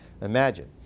Imagine